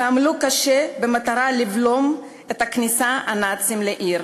ועמלו קשה במטרה לבלום את כניסת הנאצים לעיר.